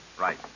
Right